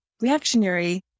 reactionary